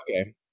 Okay